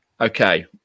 okay